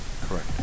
Correct